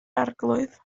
arglwydd